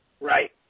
Right